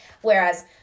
Whereas